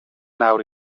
nawr